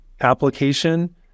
application